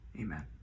Amen